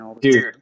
Dude